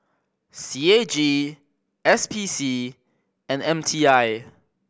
C A G S P C and M T I